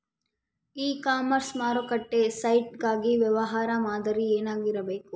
E commerce ಮಾರುಕಟ್ಟೆ site ಗಾಗಿ ವ್ಯವಹಾರ ಮಾದರಿ ಏನಾಗಿರಬೇಕು?